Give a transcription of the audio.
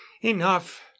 enough